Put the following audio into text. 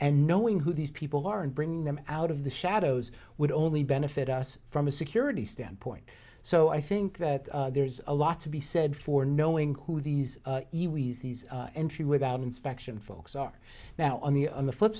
and knowing who these people are and bringing them out of the shadows would only benefit us from a security standpoint so i think that there's a lot to be said for knowing who these entry without inspection folks are now on the on the flip